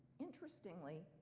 interestingly,